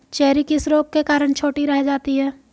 Cherry किस रोग के कारण छोटी रह जाती है?